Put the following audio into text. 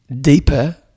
deeper